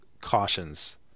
Cautions